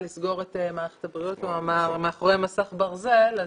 לסגור את מערכת הבריאות מאחורי מסך ברזל,